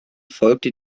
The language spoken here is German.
folgte